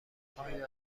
آیا